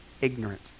ignorant